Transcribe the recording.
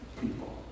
people